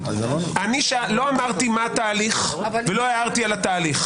אני לא אמרתי מה התהליך ולא הערתי על התהליך.